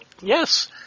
Yes